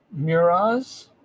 Muraz